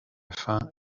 fin